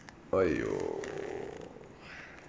!aiyo!